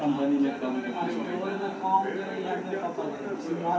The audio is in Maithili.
मधुमाछी के वैज्ञानिक अध्ययन कें एपिओलॉजी कहल जाइ छै